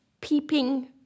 peeping